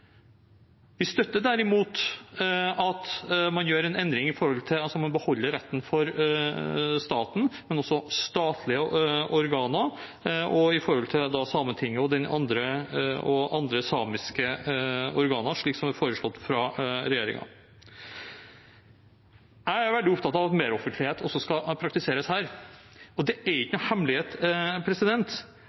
Vi støtter derimot at man beholder retten for staten, og også statlige organer, overfor Sametinget og andre samiske organer, slik som det er foreslått fra regjeringen. Jeg er veldig opptatt av at meroffentlighet også skal praktiseres her. Det er ikke noen hemmelighet